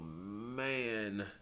man